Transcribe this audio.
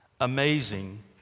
amazing